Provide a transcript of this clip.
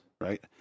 right